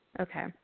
Okay